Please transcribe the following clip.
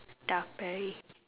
dark Barry